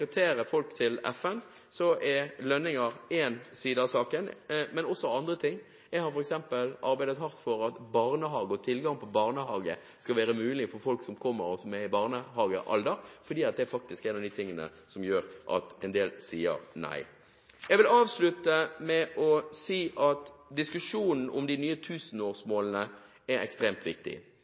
folk til FN, så er lønninger én side av saken, men det er også andre ting. Jeg har f.eks. arbeidet hardt for at folk som har barn i barnehagealder, skal ha tilgang på barnehage, for dette er faktisk en av de tingene som gjør at en del sier nei. Jeg vil avslutte med å si at diskusjonen om de nye tusenårsmålene er ekstremt viktig.